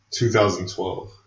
2012